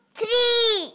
three